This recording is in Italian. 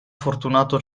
fortunato